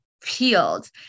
peeled